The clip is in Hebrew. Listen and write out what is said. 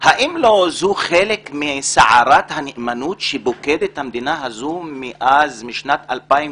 האם זה לא חלק מסערת הנאמנות שפוקדת את המדינה הזאת משנת 2009,